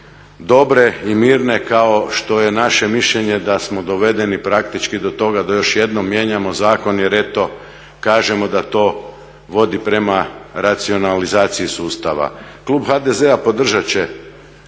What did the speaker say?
dobre i mirne kao što je naše mišljenje da smo dovedeni praktički do toga da još jednom mijenjamo zakon jer eto kažemo da to vodi prema racionalizaciji sustava. Klub HDZ-a podržati će